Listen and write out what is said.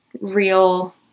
real